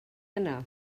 anar